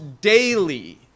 daily